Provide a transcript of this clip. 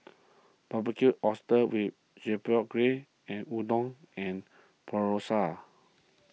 Barbecued Oysters with Chipotle Glaze and Udon and